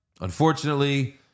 unfortunately